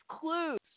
clues